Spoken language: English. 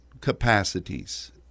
capacities